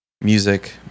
music